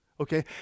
okay